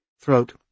throat